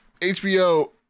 HBO